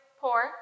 poor